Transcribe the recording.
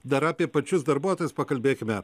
dar apie pačius darbuotojus pakalbėkime